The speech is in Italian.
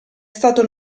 stato